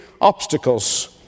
obstacles